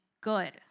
good